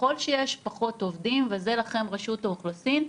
ככל שיש פחות עובדים וזה לכם רשות האוכלוסין,